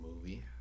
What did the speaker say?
movie